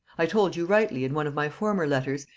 i told you rightly, in one of my former letters,